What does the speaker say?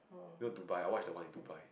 you know Dubai I watched the one in Dubai